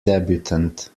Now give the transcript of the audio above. debutante